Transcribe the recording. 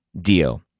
deal